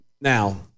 Now